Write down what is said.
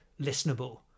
listenable